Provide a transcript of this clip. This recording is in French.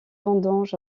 vendanges